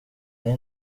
ari